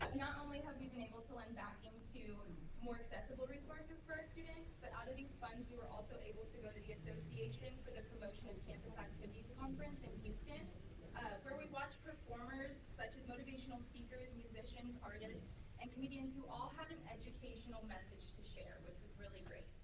not only have we been able to lend backing to more accessible resources for our students, but out of these funds we were also able to go to the association for the promotion of campus activities conference in houston where we watched performers such as motivational speakers, musicians, artists and comedians who all had an educational message to share which was really great.